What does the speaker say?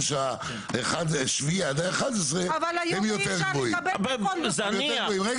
אדוני היושב-ראש, אשמח להתייחס רגע לשקף 2. גיל,